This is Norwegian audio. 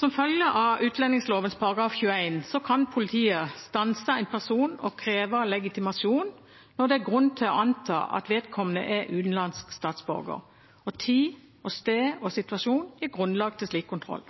Som følge av utlendingsloven § 21 kan politiet stanse en person og kreve legitimasjon når det er grunn til å anta at vedkommende er utenlandsk statsborger, og tid, sted og situasjon gir grunnlag for slik kontroll.